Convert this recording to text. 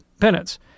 penance